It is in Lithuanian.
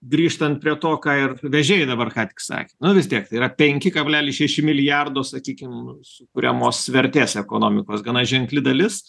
grįžtant prie to ką ir vežėjai dabar ką tik sakė na vis tiek yra penki kablelis šeši milijardo sakykim sukuriamos vertės ekonomikos gana ženkli dalis